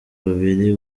babiri